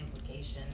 implication